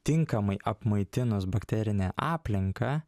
tinkamai apmaitinus bakterinę aplinką